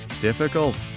Difficult